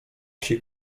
wsi